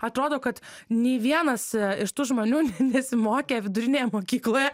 atrodo kad nei vienas iš tų žmonių nesimokė vidurinėje mokykloje